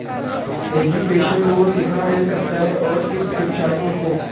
Education loan कितना मिल सकता है और किस शिक्षार्थी को?